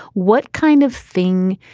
what kind of thing?